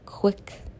quick